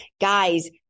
Guys